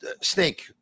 snake